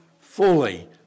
fully